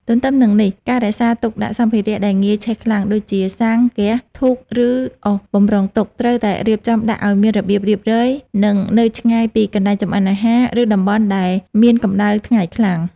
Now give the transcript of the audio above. ទន្ទឹមនឹងនេះ ការរក្សាទុកដាក់សម្ភារៈដែលងាយឆេះខ្លាំង ដូចជា សាំង ហ្គាស ធ្យូង ឬអុស បម្រុងទុក ត្រូវតែរៀបចំដាក់ឱ្យមានរបៀបរៀបរយ និងនៅឆ្ងាយពីកន្លែងចម្អិនអាហារ ឬតំបន់ដែលមានកម្ដៅថ្ងៃខ្លាំង។